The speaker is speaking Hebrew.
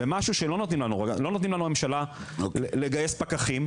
הממשלה לא נותנת לנו לגייס פקחים,